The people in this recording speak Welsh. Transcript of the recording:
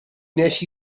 wnes